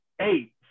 Eight